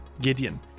Gideon